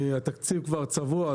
התקציב כבר צבוע,